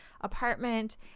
apartment